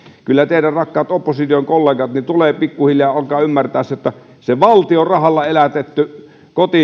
kyllä teidän rakkaat opposition kollegat tulee pikkuhiljaa alkaa ymmärtää se että se valtion rahalla elätetty